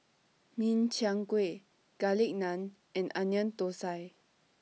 Min Chiang Kueh Garlic Naan and Onion Thosai